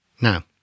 Now